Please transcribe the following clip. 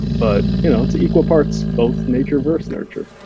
but you know it's equal parts, both nature versus nurture.